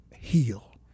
heal